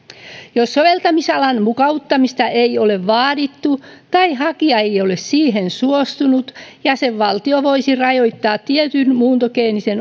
jos soveltamisalan mukauttamista ei ole vaadittu tai hakija ei ole siihen suostunut jäsenvaltio voisi rajoittaa tietyn muuntogeenisen